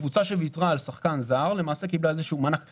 קבוצה שויתרה על שחקן זר למעשה קיבלה איזשהו מענק כספי.